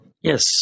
Yes